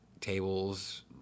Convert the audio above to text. tables